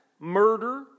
murder